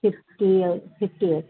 sixty sixty आहे